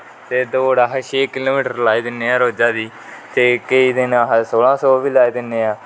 ते दौड अस छै किलोमिटर लाई दिने हा रौजा दी ते केंई दिन अस सोलहा सौ बी लाई दिने हा